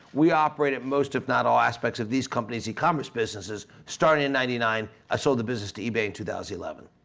we operated most if not all aspects of these companies' e-commerce businesses, starting in ninety nine. i sold the business to ebay in two thousand and eleven.